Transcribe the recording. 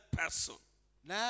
person